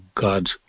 God's